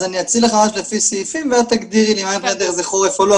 אז אני אציג לך ממש לפי סעיפים ואת תגדירי לי אם זה חורף או לא.